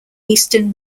eastern